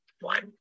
one